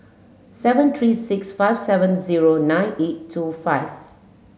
seven three six five seven zero nine eight two five